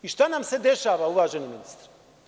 I šta nam se dešava, uvaženi ministre?